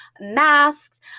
masks